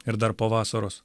ir dar po vasaros